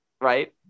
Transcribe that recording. right